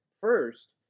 First